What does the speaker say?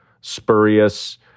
spurious